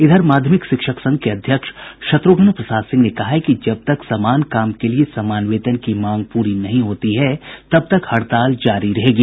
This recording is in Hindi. इधर माध्यमिक शिक्षक संघ के अध्यक्ष शत्रुघ्न प्रसाद सिंह ने कहा है कि जब तक समान काम के लिये समान वेतन की मांग पूरी नहीं होती है तब तक हड़ताल जारी रहेगी